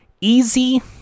Easy